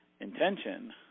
intention